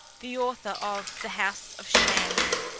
the author of the house of shams,